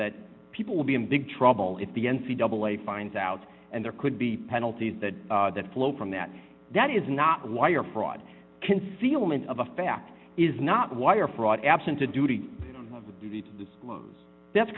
that people will be in big trouble if the n c double a finds out and there could be penalties that that flow from that that is not wire fraud concealment of a fact is not wire fraud absent a duty of duty to disclose that's